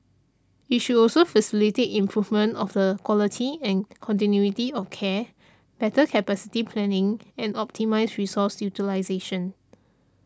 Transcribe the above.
it should also facilitate improvement of the quality and continuity of care better capacity planning and optimise resource utilisation